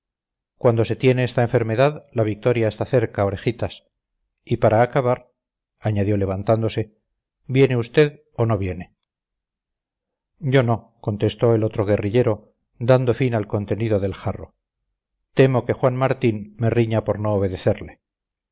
cuando se tiene esta enfermedad la victoria está cerca orejitas y para acabar añadió levantándose viene usted o no viene yo no contestó el otro guerrillero dando fin al contenido del jarro temo que juan martín me riña por no obedecerle